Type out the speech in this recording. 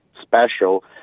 special